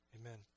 Amen